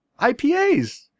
IPAs